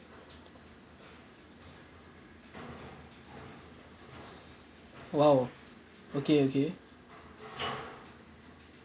!wow! okay okay